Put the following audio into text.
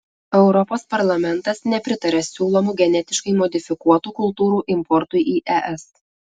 europos parlamentas nepritaria siūlomų genetiškai modifikuotų kultūrų importui į es